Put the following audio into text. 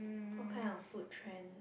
what kind of food trend